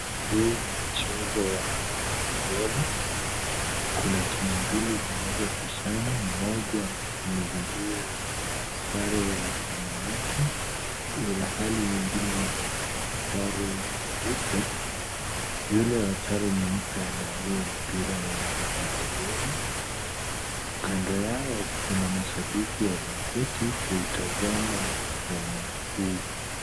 Huu ni mchezo wa handiboli. Kuna timu mbili zinazopishana. Mmoja amevalia sare za samawati ilhali nyingine imevalia sare nyeupe. Yule wa sare nyeupe ana huu mpira wa handiboli. Kando yao kuna mashabiki wameketi kutazama mchuano huu.